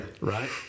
right